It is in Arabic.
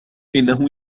إنه